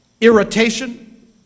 irritation